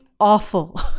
Awful